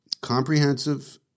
comprehensive